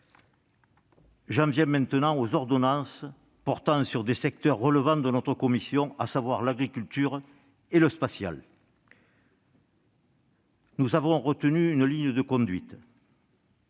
J'en viens maintenant aux ordonnances portant sur des secteurs relevant des compétences de notre commission, à savoir l'agriculture et le spatial. Nous avons retenu une ligne de conduite